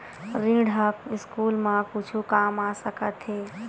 ऋण ह स्कूल मा कुछु काम आ सकत हे?